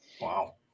wow